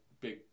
big